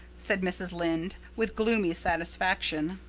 said mrs. lynde, with gloomy satisfaction.